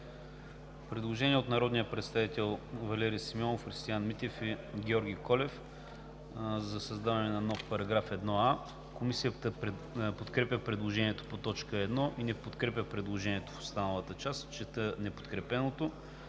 Предложение от народните представители Валери Симеонов, Христиан Митев и Георги Колев за създаване на нов § 1а. Комисията подкрепя предложението по т. 1. Комисията не подкрепя предложението в останалата му част. Ще прочета неподкрепеното: